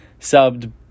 subbed